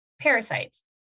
parasites